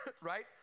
Right